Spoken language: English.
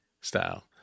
style